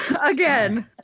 again